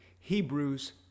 Hebrews